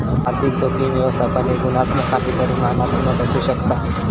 आर्थिक जोखीम व्यवस्थापन हे गुणात्मक आणि परिमाणात्मक असू शकता